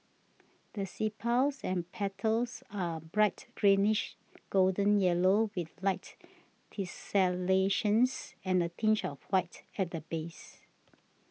the sepals and petals are bright greenish golden yellow with light tessellations and a tinge of white at the base